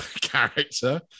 character